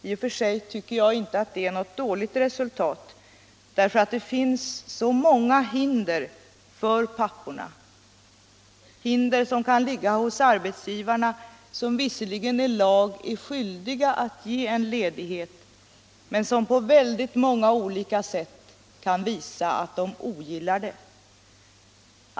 I och för sig tycker jag inte att det är något dåligt resultat, därför att det finns så många hinder för papporna. Hindren kan ligga hos arbetsgivarna, som visserligen i lag är skyldiga att ge en ledighet, men som på väldigt många olika sätt kan visa att de ogillar detta.